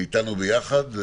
איתנו ביחד.